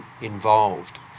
involved